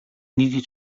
needed